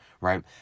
right